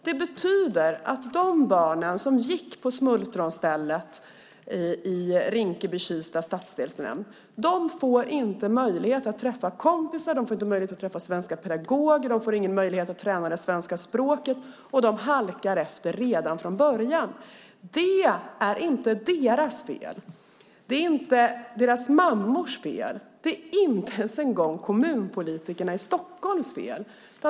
Det betyder att de barn som gick på Smultronstället i Rinkeby-Kista stadsdelsnämnd inte får möjlighet att träffa kompisar. De får inte möjlighet att träffa svenska pedagoger. De får ingen möjlighet att träna det svenska språket. De halkar efter redan från början. Det är inte deras fel. Det är inte deras mammors fel. Det är inte ens en gång Stockholms kommunpolitikers fel.